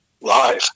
live